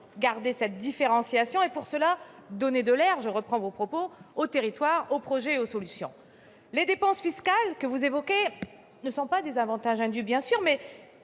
garder cette différenciation et, pour cela, « donner de l'air »- je reprends vos propres termes -aux territoires, aux projets et aux solutions. Bien sûr, les dépenses fiscales que vous évoquez ne sont pas des avantages indus, mais